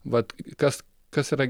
vat kas kas yra